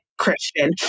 Christian